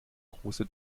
große